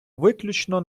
виключно